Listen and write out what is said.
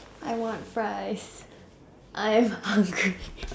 I want fries I am hungry